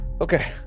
Okay